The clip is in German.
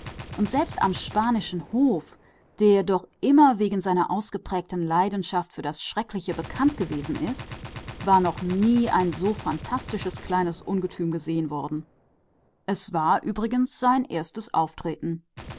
und selbst am spanischen hofe der von jeher wegen seiner raffinierten leidenschaft für das furchtbare bekannt war hatte man noch nie ein so phantastisches kleines ungeheuer gesehen es war auch sein erstes auftreten